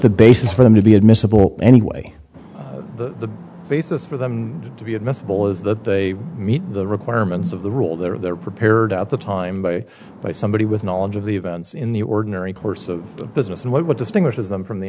the basis for them to be admissible anyway the basis for them to be admissible is that they meet the requirements of the rule they're prepared at the time by by somebody with knowledge of the events in the ordinary course of business and what distinguishes them from the